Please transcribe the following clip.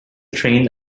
trained